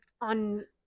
on